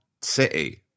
city